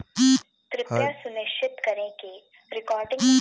हर दिन दुधेर खपत दखते हुए हर घोर दूध उद्द्योगेर ग्राहक छे